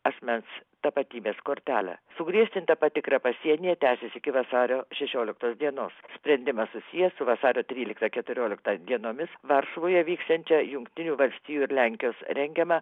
asmens tapatybės kortelę sugriežtinta patikra pasienyje tęsis iki vasario šešioliktos dienos sprendimas susijęs su vasario trylikta keturiolikta dienomis varšuvoje vyksiančia jungtinių valstijų ir lenkijos rengiama